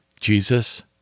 Jesus